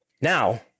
Now